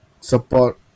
support